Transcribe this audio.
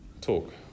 talk